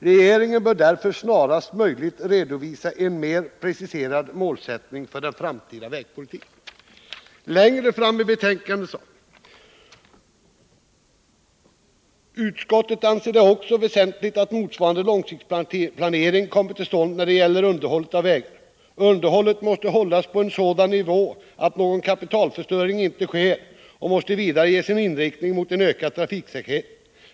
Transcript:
Regeringen bör därför snarast möjligt redovisa en mer preciserad målsättning för den framtida vägpolitiken.” Längre fram i betänkandet sägs: ”Utskottet anser det också väsentligt att motsvarande långsiktsplanering kommer till stånd när det gäller underhållet av vägar. Underhållet måste hållas på en sådan nivå att någon kapitalförstöring inte sker och måste vidare ges en inriktning mot en ökad trafiksäkerhet.